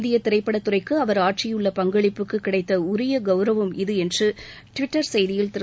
இந்திய திரைப்படத்துறைக்கு அவர் ஆற்றியுள்ள பங்களிப்புக்கு கிடைத்த உரிய கவரவம் இது என்று ட்விட்டர் செய்தியில் திரு